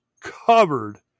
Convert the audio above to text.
covered